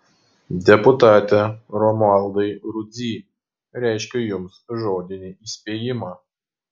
deputate romualdai rudzy reiškiu jums žodinį įspėjimą